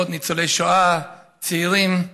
משפחות ניצולי שואה, צעירים,